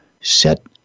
set